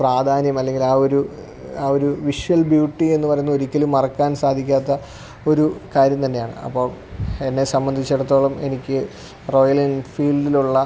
പ്രാധാന്യമല്ലെങ്കിലാ ഒരു ആ ഒരു വിഷ്വൽ ബ്യൂട്ടി എന്ന് പറയുന്നൊരിക്കലും മറക്കാൻ സാധിക്കാത്ത ഒരു കാര്യം തന്നെയാണ് അപ്പോള് എന്നെ സംബന്ധിച്ചിടത്തോളം എനിക്ക് റോയലെൻഫീൽഡിലുള്ള